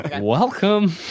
Welcome